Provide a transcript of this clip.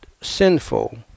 sinful